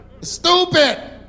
Stupid